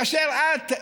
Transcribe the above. כאשר את,